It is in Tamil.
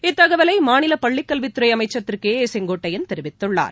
இத்தகவலை மாநில பள்ளிக் கல்வித்துறை அமைச்சர் திரு கே ஏ செங்கோட்டையன் தெரிவித்துள்ளார்